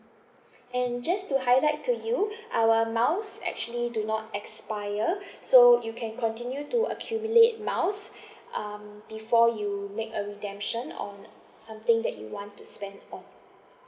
and just to highlight to you our miles actually do not expire so you can continue to accumulate miles um before you make a redemption on something that you want to spend on